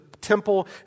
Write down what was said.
temple